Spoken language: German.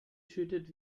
schüttet